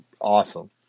awesome